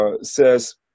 says